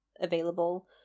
available